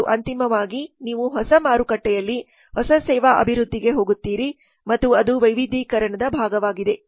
ಮತ್ತು ಅಂತಿಮವಾಗಿ ನೀವು ಹೊಸ ಮಾರುಕಟ್ಟೆಯಲ್ಲಿ ಹೊಸ ಸೇವಾ ಅಭಿವೃದ್ಧಿಗೆ ಹೋಗುತ್ತೀರಿ ಮತ್ತು ಅದು ವೈವಿಧ್ಯೀಕರಣದ ಭಾಗವಾಗಿದೆ